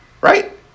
right